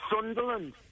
Sunderland